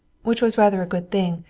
which was rather a good thing,